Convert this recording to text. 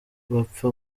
bapfa